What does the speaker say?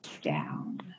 down